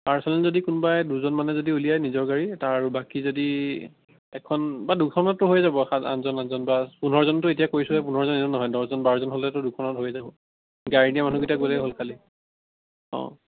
personal যদি কোনোবাই দুজনমানে যদি উলিয়াই নিজৰ গাড়ী তাৰ আৰু বাকী যদি এখন বা দুখনততো হৈ যাব সাত আঠজন আঠজন বা পোন্ধৰজন ত' এতিয়া কৈছোৱে পোন্ধৰজনতো এনেও নহয় দহজন বাৰজন হ'লেতো দুখনত হৈয়ে যাব গাড়ী নিয়া মানুহকেইটা গ'লেই হ'ল খালী অ'